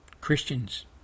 Christians